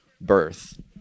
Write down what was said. birth